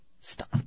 Stop